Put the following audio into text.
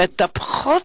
מטפחות,